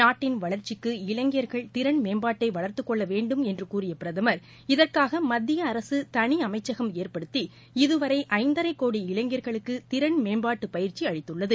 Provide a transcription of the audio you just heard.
நாட்டின் வளர்ச்சிக்கு இளைஞர்கள் திறன் மேம்பாட்டை வளர்த்துக்கொள்ள வேண்டும் என்று கூறிய பிரதமன் இதற்காக மத்திய அரசு தனி அமைச்சகம் ஏற்படுத்தி இதுவரை ஐந்தரை கோடி இளைஞர்களுக்கு திறன் மேம்பாட்டு பயிற்சி அளித்துள்ளது